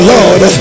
Lord